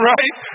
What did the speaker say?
Right